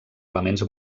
elements